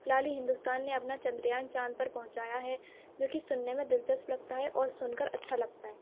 فی الحال ہندوستان نے اپنا چندریان چاند پر پہنچایا ہے جوکہ سننے میں دلچسپ لگتا ہے اور سن کر اچھا لگتا ہے